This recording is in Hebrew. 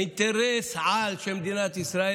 אינטרס-על של מדינת ישראל,